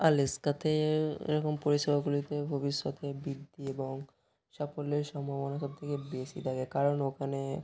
আলেক্সাতেও এরকম পরিষেবাগুলিতে ভবিষ্যতে বৃদ্ধি এবং সাফল্যের সম্ভাবনা সবথেকে বেশি থাকে কারণ ওখানে